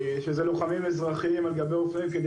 שהם לוחמים אזרחיים על גבי אופנועים כדי